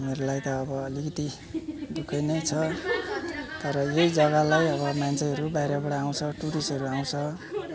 हामीहरूलाई त अब अलिकति दुःख नै छ तर यही जगालाई अब मान्छेहरू बाहिरबाट आउँछ टुरिस्टहरू आउँछ